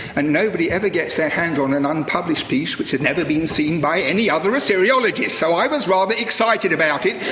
and nobody ever gets their hands on an unpublished piece which has never been seen by any other assyriologist. so i was rather excited about it,